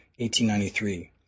1893